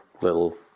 little